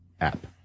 app